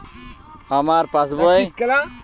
আমার পাসবই র অনলাইন লেনদেন কিভাবে করা যাবে?